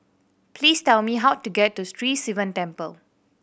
please tell me how to get to Sri Sivan Temple